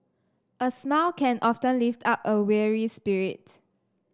a smile can often lift up a weary spirit